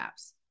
apps